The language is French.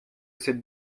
cette